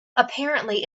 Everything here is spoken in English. apparently